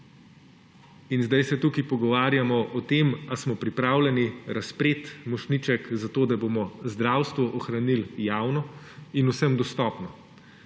in zdaj se tukaj pogovarjamo o tem, ali smo pripravljeni razpreti mošnjiček, zato da bomo zdravstvo ohranil javno in vsem dostopno.